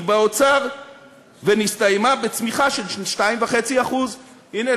באוצר ונסתיימה בצמיחה של 2.5%. הנה,